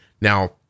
Now